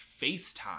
FaceTime